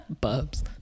Bubs